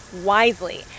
wisely